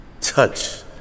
touch